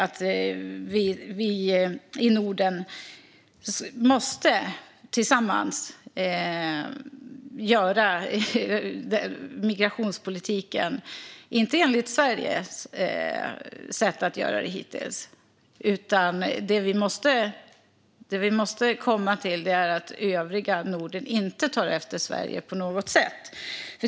Vi i Norden måste föra migrationspolitiken tillsammans, och inte på det sätt som Sverige hittills har fört den. Det vi måste komma fram till är att övriga Norden inte tar efter Sverige på något sätt.